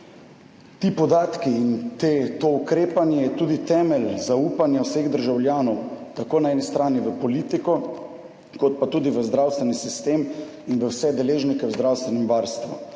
Ti podatki in to ukrepanje je tudi temelj zaupanja vseh državljanov, tako na eni strani v politiko kot pa tudi v zdravstveni sistem in v vse deležnike v zdravstvenem varstvu.